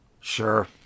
Sure